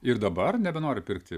ir dabar nebenori pirkti